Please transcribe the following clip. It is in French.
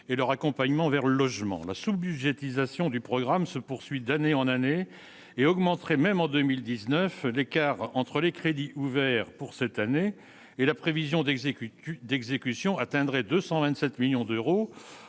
et leur accompagnement vers le logement, la sous-budgétisation du programme se poursuit d'année en année et augmenterait même en 2019, l'écart entre les crédits ouverts pour cette année et la prévision d'exécuter d'exécution atteindrait 227 millions d'euros,